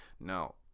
Now